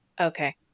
Okay